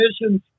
missions